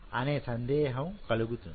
అనే సందేహం కలుగుతుంది